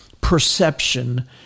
perception